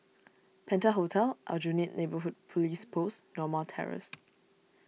Penta Hotel Aljunied Neighbourhood Police Post Norma Terrace